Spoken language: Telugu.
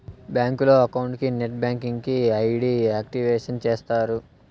బ్యాంకులో అకౌంట్ కి నెట్ బ్యాంకింగ్ కి ఐ.డి యాక్టివేషన్ చేస్తారు